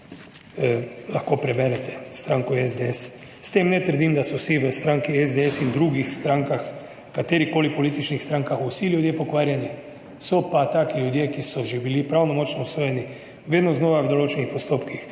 trdim da so vsi v stranki SDS in drugih strankah v katerikoli političnih strankah vsi ljudje pokvarjeni So pa taki ljudje ki so že bili pravnomočno obsojeni vedno znova v določenih 27.